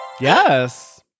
Yes